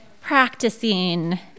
practicing